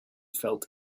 felt